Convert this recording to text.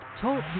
talk